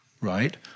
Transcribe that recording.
Right